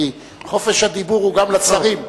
כי חופש הדיבור הוא גם לשרים.